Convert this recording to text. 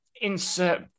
insert